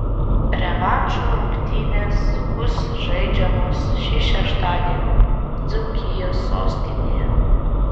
revanšo rungtynės bus žaidžiamos šį šeštadienį dzūkijos sostinėje